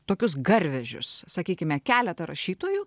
tokius garvežius sakykime keletą rašytojų